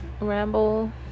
ramble